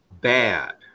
bad